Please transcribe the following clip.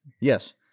Yes